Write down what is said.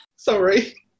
Sorry